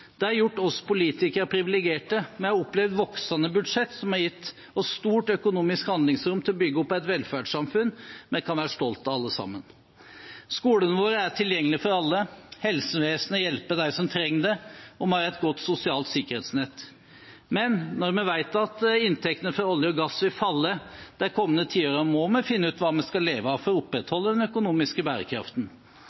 Det har gjort oss politikere privilegerte. Vi har opplevd voksende budsjetter som har gitt oss stort økonomisk handlingsrom til å bygge opp et velferdssamfunn vi kan være stolt av, alle sammen. Skolene våre er tilgjengelige for alle, helsevesenet hjelper dem som trenger det, og vi har et godt sosialt sikkerhetsnett. Men når vi vet at inntektene fra olje og gass vil falle de kommende tiårene, må vi finne ut hva vi skal leve av for å